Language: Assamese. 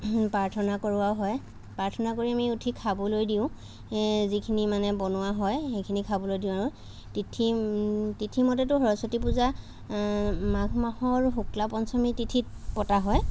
প্ৰাৰ্থনা কৰোৱাও হয় প্ৰাৰ্থনা কৰি আমি উঠি খাবলৈ দিওঁ যিখিনি মানে বনোৱা হয় সেইখিনি খাবলৈ দিওঁ তিথি তিথি মতেতো সৰস্বতী পূজা মাঘ মাহৰ শুক্লা পঞ্চমী তিথিত পতা হয়